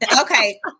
okay